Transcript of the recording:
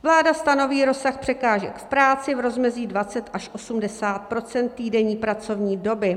Vláda stanoví rozsah překážek v práci v rozmezí 20 až 80 % týdenní pracovní doby.